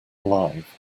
live